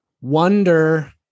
wonder